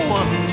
one